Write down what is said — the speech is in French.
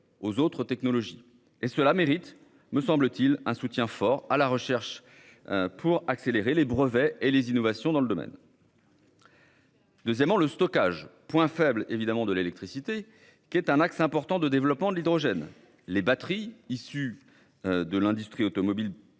aux autres technologies. Cela mérite, me semble-t-il, un soutien fort à la recherche pour accélérer les brevets et les innovations dans ce domaine. Ensuite, le stockage, point faible de l'électricité, est évidemment un axe important du développement de l'hydrogène. Les batteries issues de l'industrie automobile